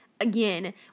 again